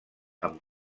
amb